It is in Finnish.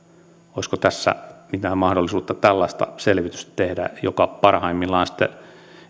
olisiko tässä mitään mahdollisuutta tällaista selvitystä tehdä joka parhaimmillaan sitten